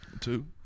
Two